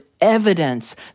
evidence